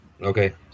Okay